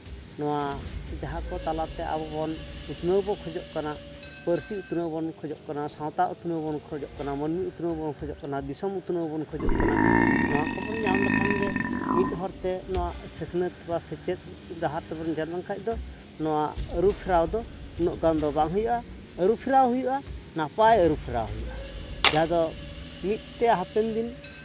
ᱱᱚᱣᱟ ᱡᱟᱦᱟᱸ ᱠᱚ ᱛᱟᱞᱟᱛᱮ ᱟᱵᱚ ᱵᱚᱱ ᱩᱛᱱᱟᱹᱣ ᱵᱚ ᱠᱷᱚᱡᱚᱜ ᱠᱟᱱᱟ ᱯᱟᱹᱨᱥᱤ ᱩᱛᱱᱟᱹᱣ ᱵᱚᱱ ᱠᱷᱚᱡᱚᱜ ᱠᱟᱱᱟ ᱥᱟᱶᱛᱟ ᱩᱛᱱᱟᱹᱣ ᱵᱚᱱ ᱠᱷᱚᱡᱚᱜ ᱠᱟᱱᱟ ᱢᱟᱹᱱᱢᱤ ᱩᱛᱱᱟᱹᱣ ᱵᱚᱱ ᱠᱷᱚᱡᱚᱜ ᱠᱟᱱᱟ ᱫᱤᱥᱚᱢ ᱩᱛᱱᱟᱹᱣ ᱵᱚᱱ ᱠᱷᱚᱡᱚᱜ ᱠᱟᱱᱟ ᱱᱚᱣᱟ ᱠᱚᱵᱚᱱ ᱧᱟᱢ ᱞᱮᱠᱷᱟᱱ ᱜᱮ ᱢᱤᱫ ᱦᱚᱲ ᱛᱮ ᱱᱚᱣᱟ ᱥᱤᱠᱷᱱᱟᱹᱛ ᱵᱟ ᱥᱮᱪᱮᱫ ᱰᱟᱦᱟᱨ ᱛᱮᱵᱚᱱ ᱡᱟᱜ ᱞᱮᱱ ᱠᱷᱟᱡ ᱫᱚ ᱱᱚᱣᱟ ᱟᱹᱨᱩᱯᱷᱮᱨᱟᱣ ᱫᱚ ᱩᱱᱟᱹᱜ ᱜᱟᱱ ᱫᱚ ᱵᱟᱝ ᱦᱩᱭᱩᱜᱼᱟ ᱟᱹᱨᱩᱯᱷᱮᱨᱟᱣ ᱦᱩᱭᱩᱜᱼᱟ ᱱᱟᱯᱟᱭ ᱟᱹᱨᱩᱯᱷᱮᱨᱟᱣ ᱦᱩᱭᱩᱜᱼᱟ ᱡᱟᱦᱟᱸ ᱫᱚ ᱢᱤᱫ ᱛᱮ ᱦᱟᱯᱮᱱ ᱫᱤᱱ